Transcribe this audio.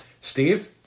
Steve